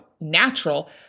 natural